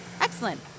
Excellent